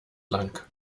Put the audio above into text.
lang